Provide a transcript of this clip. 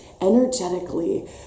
energetically